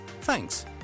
Thanks